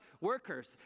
workers